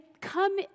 come